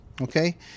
Okay